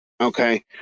Okay